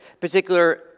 particular